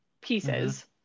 pieces